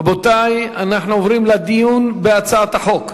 רבותי, אנחנו עוברים לדיון בהצעת החוק.